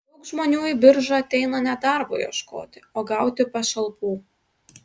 daug žmonių į biržą ateina ne darbo ieškoti o gauti pašalpų